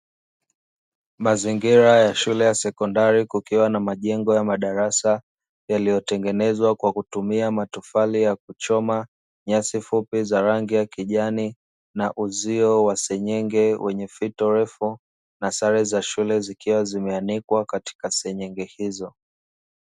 Mazingira ya shule ya sekondari kukiwa na majengo ya madarasa, yaliyotengenezwa kwa kutumia matofali ya kuchoma, nyasi fupi za rangi ya kijani na uzio wa senyenge wenye fito refu, na sare za shule zikiwa zimeanikwa katika senyenge hizo.